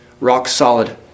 rock-solid